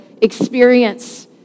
experience